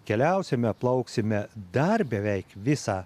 keliausime plauksime dar beveik visą